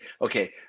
okay